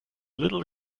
little